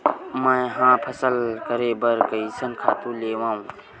मैं ह फसल करे बर कइसन खातु लेवां?